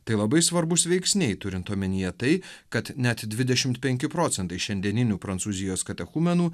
tai labai svarbūs veiksniai turint omenyje tai kad net dvidešimt penki procentai šiandieninių prancūzijos katechumenų